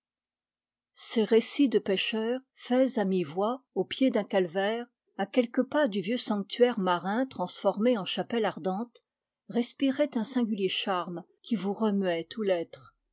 ces récits de pêcheurs faits à mi-voix au pied d'un calvaire à quelques pas du vieux sanctuaire marin transfonné en chapelle ardente respiraient un singulier charme qui vous remuait tout l'être